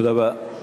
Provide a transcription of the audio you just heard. תודה רבה.